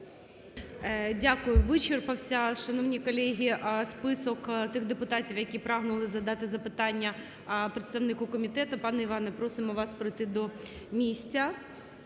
Дякую. Вичерпався, шановні колеги, список тих депутатів, які прагнули задати запитання представнику комітету. Пане Іване, просимо вас пройти до місця